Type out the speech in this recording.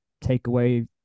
takeaway